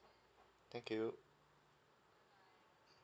thank you